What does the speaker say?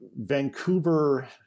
Vancouver